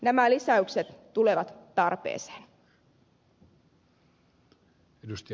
nämä lisäykset tulevat tarpeeseen